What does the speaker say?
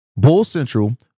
BULLCENTRAL